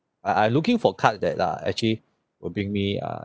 I I looking for card that uh actually will bring me uh